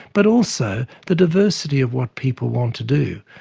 but also the diversity of what people want to do.